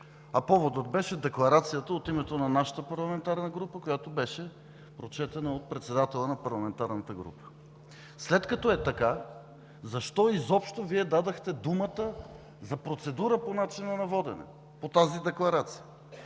а поводът беше декларацията от името на нашата парламентарна група, която беше прочетена от председателя на парламентарната група. След като е така, защо изобщо Вие дадохте думата за процедура по начина на водене по тази декларация?